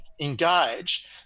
engage